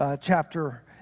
chapter